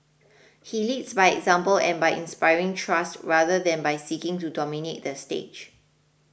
he leads by example and by inspiring trust rather than by seeking to dominate the stage